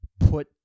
Put